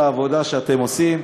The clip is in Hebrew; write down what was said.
כל העבודה שאתם עושים.